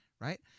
right